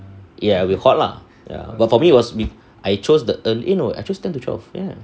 ya hot lah ya but for me it was I chose the eh no I chose ten to twelve ya